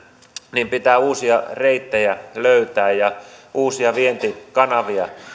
niin pitää uusia reittejä ja vientikanavia löytää